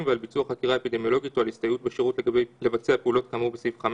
7 או 10 ימים לפני תאריך אבחונו במחלה לפי הפירוט האמור בסעיף 2(6)